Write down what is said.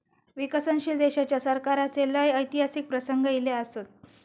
विकसनशील देशाच्या सरकाराचे लय ऐतिहासिक प्रसंग ईले असत